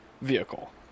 vehicle